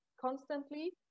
constantly